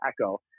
Echo